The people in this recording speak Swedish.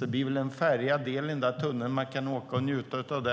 Det blir väl en färgad del i tunneln som vi kan åka genom och njuta av